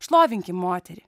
šlovinkim moterį